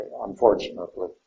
unfortunately